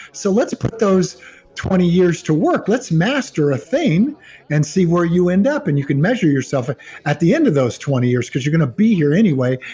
so let's put those twenty years to work. let's master a thing and see where you end up and you can measure yourself at at the end of those twenty years because you're going to be here anyway,